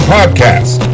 Podcast